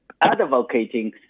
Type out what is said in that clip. advocating